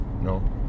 no